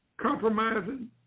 Compromising